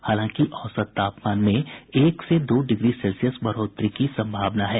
हालांकि औसत तापमान में एक से दो डिग्री सेल्सियस बढ़ोतरी की सम्भावना है